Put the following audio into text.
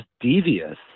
devious